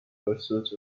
pursuit